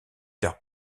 tard